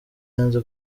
yanze